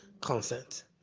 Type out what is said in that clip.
consent